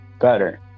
better